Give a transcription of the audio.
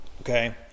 Okay